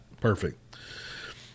Perfect